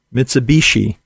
Mitsubishi